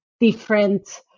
different